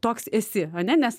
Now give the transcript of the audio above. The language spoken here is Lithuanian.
toks esi ane nes